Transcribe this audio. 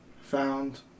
found